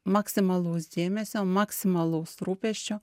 maksimalaus dėmesio maksimalaus rūpesčio